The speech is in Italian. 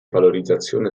valorizzazione